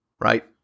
right